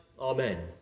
Amen